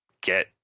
get